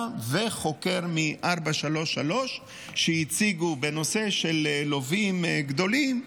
וחוקר מ-433 שהציגו בנושא של לווים גדולים.